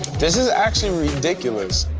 this is actually ridiculous.